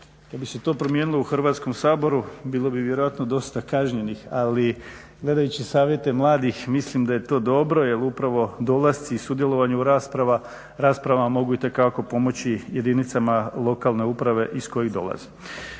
Kad bi se to promijenilo u Hrvatskom saboru bilo bi vjerojatno dosta kažnjenih, ali gledajući savjete mladih mislim da je to dobro jer upravo dolasci i sudjelovanje u raspravama mogu itekako pomoći jedinicama lokalne uprave iz kojih dolaze.